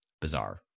bizarre